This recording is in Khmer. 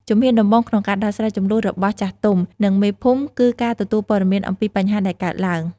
ជំហានដំបូងក្នុងការដោះស្រាយជម្លោះរបស់ចាស់ទុំ និងមេភូមិ គឺការទទួលព័ត៌មានអំពីបញ្ហាដែលកើតឡើង។